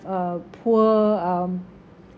a poor um